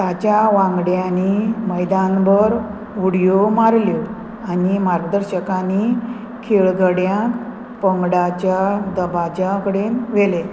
ताच्या वांगड्यांनी मैदान भर उडयो मारल्यो आनी मार्गदर्शकांनी खेळगड्यांक पंगडाच्या दबाज्या कडेन व्हेलें